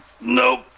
Nope